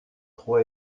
trois